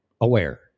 Aware